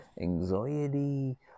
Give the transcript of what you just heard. anxiety